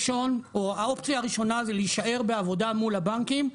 האופציה הראשונה זה להישאר בעבודה מול הבנקים.